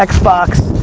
like xbox,